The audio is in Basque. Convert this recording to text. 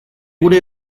gure